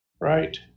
Right